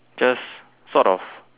just sort of